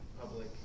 public